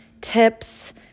tips